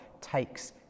takes